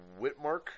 Whitmark